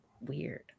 Weird